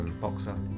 boxer